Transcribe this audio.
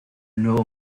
nuevo